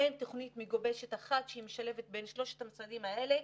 אין תוכנית מגובשת אחת שמשלבת בין שלושת המשרדים האלה,